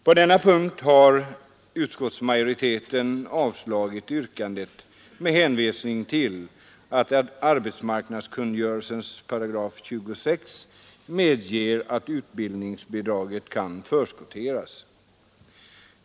På denna punkt har utskottsmajoriteten avstyrkt yrkandet med hänvisning till att arbetsmarknadskungörelsens 26 § medger att utbildningsbidraget kan förskotteras.